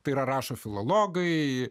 tai yra rašo filologai